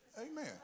Amen